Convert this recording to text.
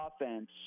offense